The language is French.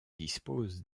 dispose